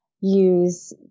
use